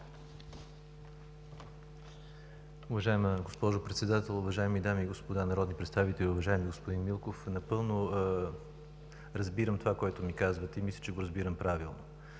Уважаема госпожо Председател, уважаеми дами и господа народни представители! Уважаеми господин Милков, напълно разбирам това, което ми казвате, и мисля, че го разбирам правилно!